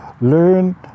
learn